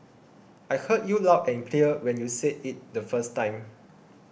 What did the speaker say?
I heard you loud and clear when you said it the first time